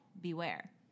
Beware